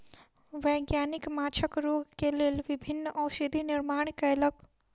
वैज्ञानिक माँछक रोग के लेल विभिन्न औषधि निर्माण कयलक